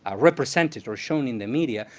ah represented or shown in the media,